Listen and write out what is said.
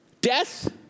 death